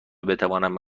بتوانم